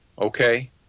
Okay